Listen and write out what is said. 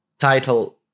Title